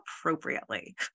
appropriately